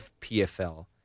PFL